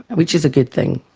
which is a good thing.